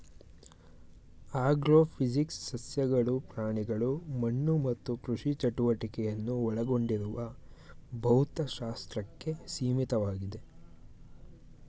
agrophysics ಸಸ್ಯಗಳು ಪ್ರಾಣಿಗಳು ಮಣ್ಣು ಮತ್ತು ಕೃಷಿ ಚಟುವಟಿಕೆಯನ್ನು ಒಳಗೊಂಡಿರುವ ಭೌತಶಾಸ್ತ್ರಕ್ಕೆ ಸೀಮಿತವಾಗಿದೆ